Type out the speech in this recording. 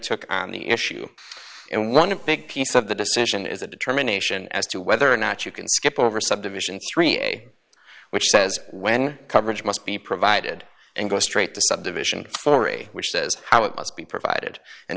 took on the issue and one of big piece of the decision is a determination as to whether or not you can skip over subdivision three a which says when coverage must be provided and go straight to subdivision florrie which says how it must be provided and